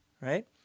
right